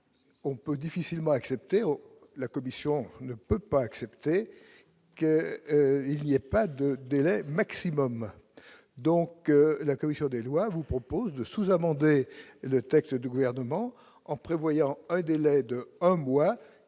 on peut difficilement accepter la commission ne peut pas accepter qu'il n'y a pas de délai maximum donc, la commission des lois vous propose de sous-amendé le texte du gouvernement, en prévoyant un délai de un mois